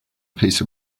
piece